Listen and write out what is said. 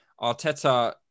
Arteta